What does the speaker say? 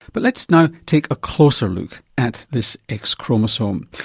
but let's now take a closer look at this x chromosome.